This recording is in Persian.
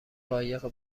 قایق